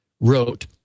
wrote